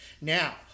now